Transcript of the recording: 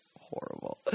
Horrible